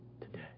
today